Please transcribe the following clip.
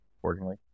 accordingly